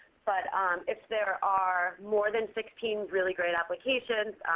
but um if there are more than sixteen really great applications,